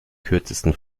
kürzesten